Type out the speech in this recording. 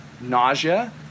nausea